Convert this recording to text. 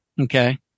Okay